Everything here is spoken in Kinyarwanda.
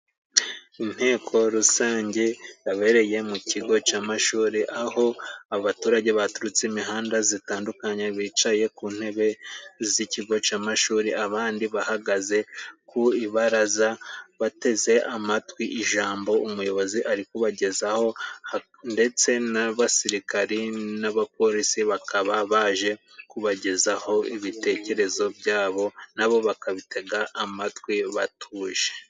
Inteko rusange yabereye mu kigo cy'amashuri aho abaturage baturutse imihanda zitandukanye, bicaye ku ntebe z'ikigo c'amashuri abandi bahagaze ku ibaraza, bateze amatwi ijambo umuyobozi ari kubagezaho, ndetse n'abasirikari n'abapolisi bakaba baje kubagezaho ibitekerezo byabo, na bo bakabitega amatwi batuje.